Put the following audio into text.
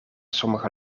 sommige